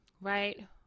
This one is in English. right